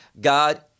god